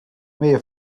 meie